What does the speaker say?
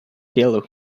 yellow